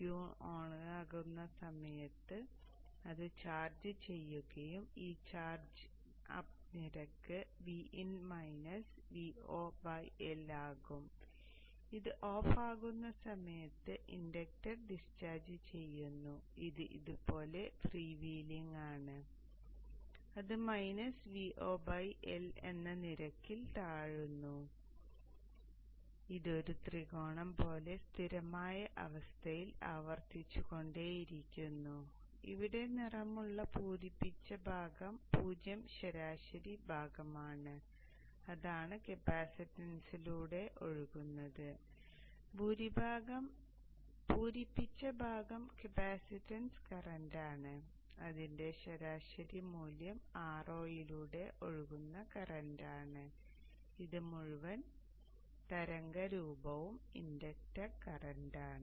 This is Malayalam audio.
Q ഓൺ ആകുന്ന സമയത്ത് അത് ചാർജ് ചെയ്യുകയും ഈ ചാർജിംഗ് അപ്പ് നിരക്ക് Vin - Vo L ആകും ഇത് ഓഫ് ആകുന്ന സമയത്ത് ഇൻഡക്ടർ ഡിസ്ചാർജ് ചെയ്യുന്നു ഇത് ഇതുപോലെ ഫ്രീ വീലിംഗ് ആണ് അത് മൈനസ് Vo L എന്ന നിരക്കിൽ താഴേക്ക് വീഴുന്നു ഇത് ഒരു ത്രികോണം പോലെ സ്ഥിരമായ അവസ്ഥയിൽ ആവർത്തിച്ചുകൊണ്ടേയിരിക്കുന്നു ഇവിടെ നിറമുള്ള പൂരിപ്പിച്ച ഭാഗം 0 ശരാശരി ഭാഗമാണ് അതാണ് കപ്പാസിറ്റൻസിലൂടെ ഒഴുകുന്നത് പൂരിപ്പിച്ച ഭാഗം കപ്പാസിറ്റൻസ് കറന്റാണ് അതിന്റെ ശരാശരി മൂല്യം Ro യിലൂടെ ഒഴുകുന്ന കറന്റാണ് ഈ മുഴുവൻ തരംഗ രൂപവും ഇൻഡക്റ്റർ കറന്റാണ്